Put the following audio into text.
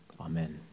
Amen